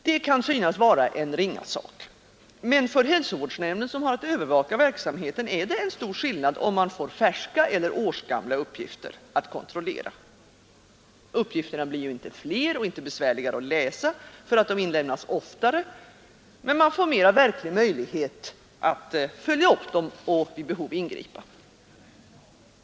Detta kan synas vara en ringa sak, men för hälsovårdsnämnden som har att övervaka verksamheten är det en stor skillnad om man får färska eller årsgamla uppgifter att kontrollera. Uppgifterna blir ju inte fler eller besvärligare att lösa därför att de inlämnas oftare, men man får mera verklig möjlighet att följa upp dem och vid behov ingripa.